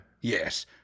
Yes